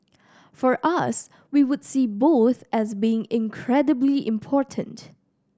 for us we would see both as being incredibly important